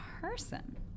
person